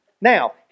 Now